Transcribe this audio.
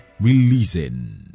releasing